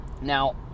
Now